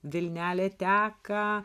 vilnelė teka